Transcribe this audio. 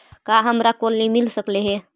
का हमरा कोलनी मिल सकले हे?